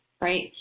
right